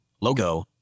Logo